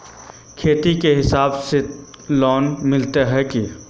खेत के हिसाब से लोन मिले है की?